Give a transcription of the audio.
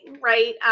right